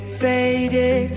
faded